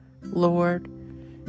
Lord